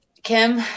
Kim